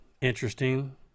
interesting